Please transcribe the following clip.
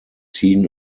seen